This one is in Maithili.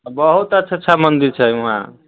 बहुत अच्छा अच्छा मंदिर छै वहाँ